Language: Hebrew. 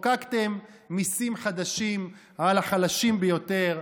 חוקקתם מיסים חדשים על החלשים ביותר,